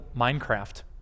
Minecraft